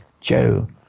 Joe